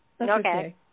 Okay